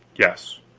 yes.